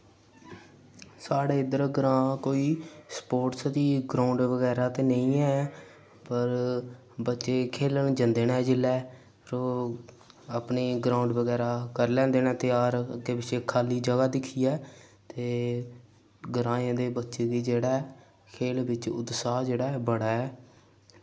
साढ़े इद्धर ग्रां कोई स्पोर्टस दी ग्राउंड बगैरा ते नेईं ऐ पर बच्चे खेलन जंदे न जेल्लै ते ओह् अपने ग्राउंड बगैरा करी लैंदे न त्यार अग्गें पिच्छें खा'ल्ली जगह् दिक्खियै ते ग्राएं दे बच्चें गी जेह्ड़ा ऐ खेल बिच्च उत्साह जेह्ड़ा ऐ बड़ा ऐ